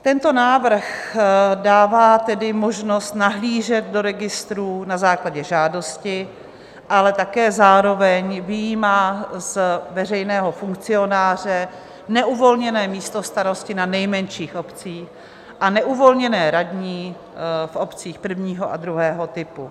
Tento návrh dává tedy možnost nahlížet do registrů na základě žádosti, ale také zároveň vyjímá z veřejného funkcionáře neuvolněné místostarosty na nejmenších obcích a neuvolněné radní v obcích prvního a druhého typu.